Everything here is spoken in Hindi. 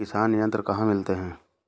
किसान यंत्र कहाँ मिलते हैं?